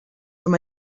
from